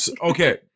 okay